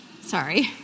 Sorry